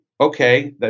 okay